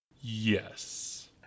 Yes